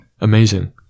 Amazing